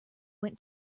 went